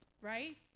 right